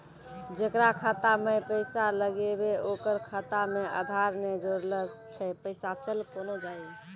जेकरा खाता मैं पैसा लगेबे ओकर खाता मे आधार ने जोड़लऽ छै पैसा चल कोना जाए?